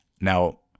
now